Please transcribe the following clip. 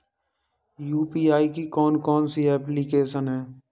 UPI की कौन कौन सी एप्लिकेशन हैं?